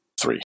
Three